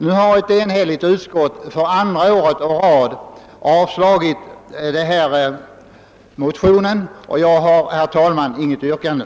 Nu har ett enhälligt utskott för andra gången avstyrkt motionen. Jag har, herr talman, inget yrkande.